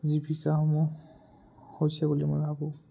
জীৱিকাসমূহ হৈছে বুলি মই ভাবোঁ